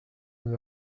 vos